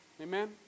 Amen